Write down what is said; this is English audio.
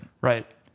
Right